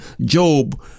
Job